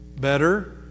Better